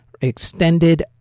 Extended